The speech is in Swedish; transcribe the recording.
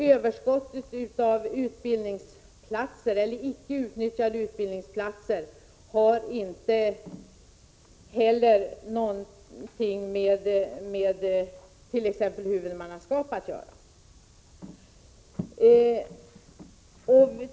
Överskottet av utbildningsplatser eller icke utnyttjade utbildningsplatser har inte heller någonting med exempelvis huvudmannaskap att göra.